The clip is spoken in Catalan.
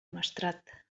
maestrat